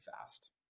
fast